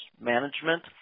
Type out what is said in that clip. management